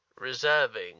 reserving